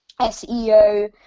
SEO